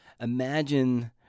Imagine